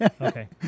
Okay